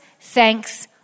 thanks